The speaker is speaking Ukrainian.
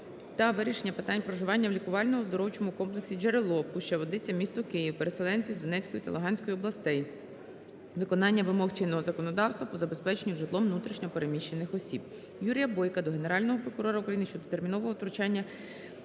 та вирішення питань проживання в лікувально-оздоровчому комплексі "Джерело" (Пуща-Водиця, місто Київ) переселенців з Донецької та Луганської областей, виконання вимог чинного законодавства по забезпеченню житлом внутрішньо переміщених осіб. Юрія Бойка до Генерального прокурора України щодо термінового втручання